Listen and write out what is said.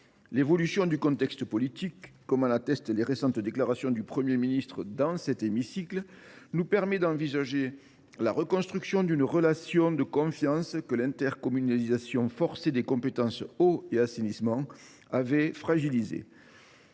L’évolution du contexte politique, dont attestent les récentes déclarations du Premier ministre dans cet hémicycle, nous permet d’envisager la reconstruction d’une relation de confiance que l’intercommunalisation forcée des compétences « eau » et « assainissement » avait fragilisée.